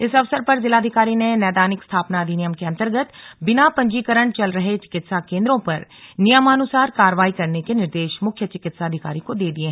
इस अवसर पर जिलाधिकारी ने नैदानिक स्थापना अधिनियम के अन्तर्गत बिना पंजीकरण चल रहे चिकित्सा केन्द्रों पर नियमानुसार कार्रवाई करने के निर्देश मुख्य चिकित्साधिकारी को दिये